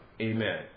Amen